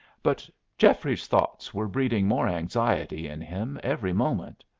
but geoffrey's thoughts were breeding more anxiety in him every moment.